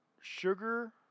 sugar